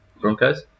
Broncos